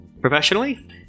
professionally